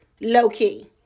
low-key